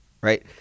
right